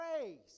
grace